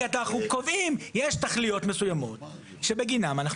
כי אנחנו קובעים יש תכליות מסוימות שבגינן אנחנו